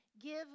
Give